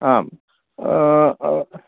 आम्